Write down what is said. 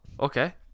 okay